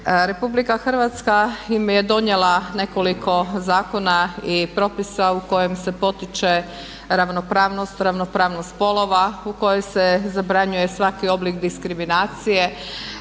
Republika Hrvatska je donijela nekoliko zakona i propisa u kojima se potiče ravnopravnost spolova, u kojoj se zabranjuje svaki oblik diskriminacije.